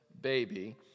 baby